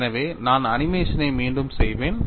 எனவே நான் அனிமேஷனை மீண்டும் செய்வேன்